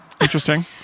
interesting